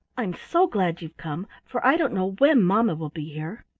i'm so glad you've come, for i don't know when mamma will be here.